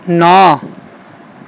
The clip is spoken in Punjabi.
ਨਾ